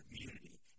community